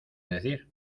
decir